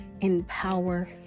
empower